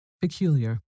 Peculiar